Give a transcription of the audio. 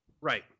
Right